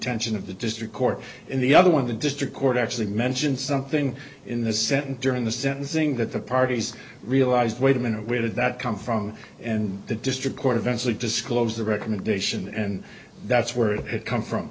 attention of the district court in the other one of the district court actually mention something in the sentence during the sentencing that the parties realized wait a minute where did that come from and the district court eventually disclosed the recommendation and that's where it come from